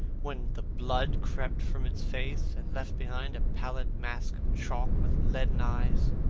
when the blood crept from its face, and left behind a pallid mask of chalk with leaden eyes,